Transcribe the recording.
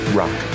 rock